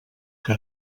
que